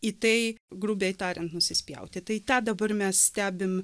į tai grubiai tariant nusispjauti tai tą dabar mes stebim